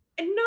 No